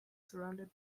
surrounded